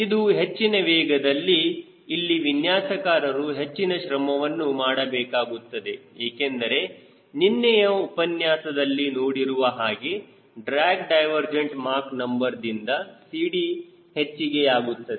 ಇದು ಹೆಚ್ಚಿನ ವೇಗದಲ್ಲಿ ಇಲ್ಲಿ ವಿನ್ಯಾಸಕಾರರು ಹೆಚ್ಚಿನ ಶ್ರಮವನ್ನು ಮಾಡಬೇಕಾಗುತ್ತದೆ ಏಕೆಂದರೆ ನಿನ್ನೆಯ ಉಪನ್ಯಾಸದಲ್ಲಿ ನೋಡಿರುವ ಹಾಗೆ ಡ್ರ್ಯಾಗ್ ಡೈವರ್ ಜೆಂಟ್ ಮಾಕ್ ನಂಬರ್ದಿಂದ CD ಹೆಚ್ಚಿಗೆಯಾಗುತ್ತದೆ